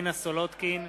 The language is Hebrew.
מרינה סולודקין,